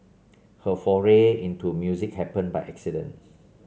her foray into music happened by accident